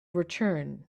return